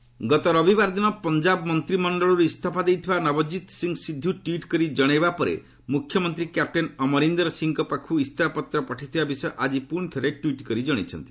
ସିଦ୍ଧୁ ଗତ ରବିବାର ଦିନ ପଞ୍ଜାବ ମନ୍ତ୍ରିମଣ୍ଡଳରୁ ଇଞ୍ଜଫା ଦେଇଥିବା ନବଜ୍ୟୋତ ସିଂହ ସିଦ୍ଧୁ ଟ୍ୱିଟ୍ କରି ଜଣାଇବା ପରେ ମ୍ରଖ୍ୟମନ୍ତ୍ରୀ କ୍ୟାପଟେନ୍ ଅମରିନ୍ଦର ସିଂହଙ୍କ ପାଖକୁ ଇସଫାପତ୍ର ପଠାଇଥିବା ବିଷୟ ଆକି ପ୍ରଣିଥରେ ଟ୍ୱିଟ୍ କରିଛନ୍ତି